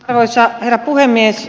arvoisa herra puhemies